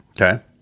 Okay